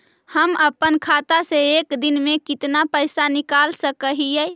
हम अपन खाता से एक दिन में कितना पैसा निकाल सक हिय?